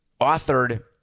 authored